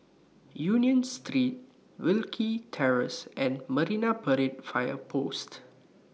Union Street Wilkie Terrace and Marine Parade Fire Post